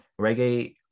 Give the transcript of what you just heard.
reggae